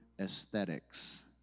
aesthetics